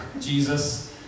Jesus